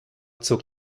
zog